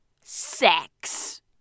sex